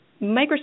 Microsoft